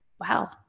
wow